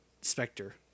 Spectre